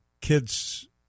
kids